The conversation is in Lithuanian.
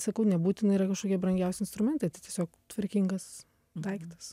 sakau nebūtina yra kažkokie brangiausi instrumentai tai tiesiog tvarkingas daiktas